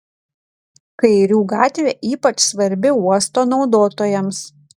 kairių gatvė ypač svarbi uosto naudotojams